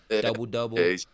double-double